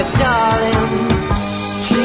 darling